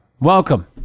Welcome